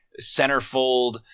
centerfold